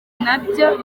nabyo